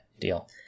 deal